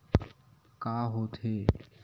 का होथे?